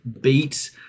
beat